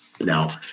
Now